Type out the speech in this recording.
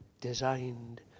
designed